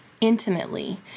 intimately